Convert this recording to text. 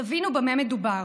תבינו במה מדובר: